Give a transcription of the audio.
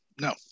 No